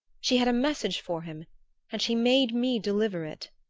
she had a message for him and she made me deliver it.